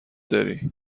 داری